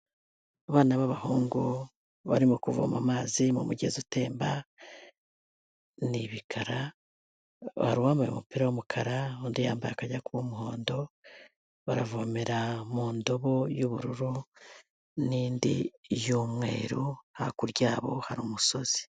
Abana b'abahungu barimo kuvoma amazi mu mugezi utemba, ni ibikara hari uwambaye umupira w'umukara undi yambaye akajya kuba umuhondo baravomera mu ndobo y'ubururu n'indi y'umweru hakurya yabo hari umusozi.